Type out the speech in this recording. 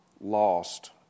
lost